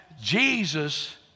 Jesus